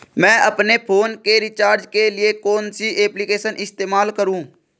मैं अपने फोन के रिचार्ज के लिए कौन सी एप्लिकेशन इस्तेमाल करूँ?